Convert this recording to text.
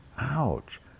ouch